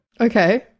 Okay